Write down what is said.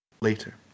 Later